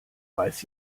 weiß